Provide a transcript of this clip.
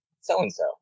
so-and-so